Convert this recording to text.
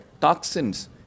toxins